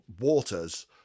Waters